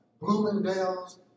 Bloomingdale's